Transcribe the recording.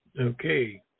Okay